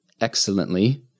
excellently